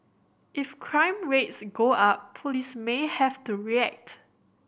if crime rates go up police may have to react